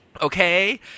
Okay